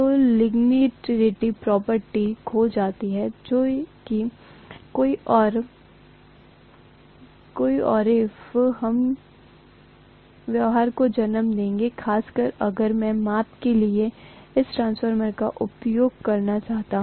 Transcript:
तो linearity property खो जाती है जो कि कई अरैखिक व्यवहार को जन्म देगी खासकर अगर मैं माप के लिए इस ट्रांसफार्मर का उपयोग करना चाहता हूं